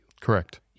Correct